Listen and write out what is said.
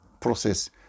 process